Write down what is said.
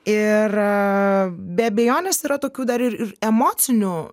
ir be abejonės yra tokių dar ir ir emocinių